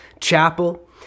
Chapel